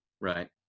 right